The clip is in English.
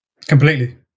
Completely